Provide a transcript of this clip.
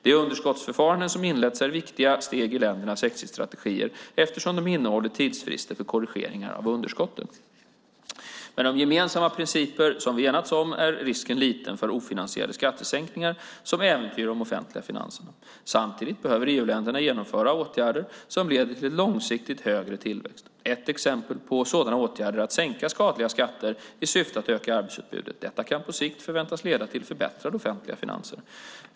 De underskottsförfaranden som inletts är viktiga steg i ländernas exitstrategier, eftersom de innehåller tidsfrister för korrigering av underskotten. Med de gemensamma principer som vi enats om är risken liten för ofinansierade skattesänkningar som äventyrar de offentliga finanserna. Samtidigt behöver EU-länderna genomföra åtgärder som leder till långsiktigt högre tillväxt. Ett exempel på sådana åtgärder är att sänka skadliga skatter i syfte att öka arbetsutbudet. Detta kan på sikt förväntas leda till förbättrade offentliga finanser.